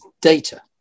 data